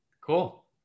Cool